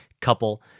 couple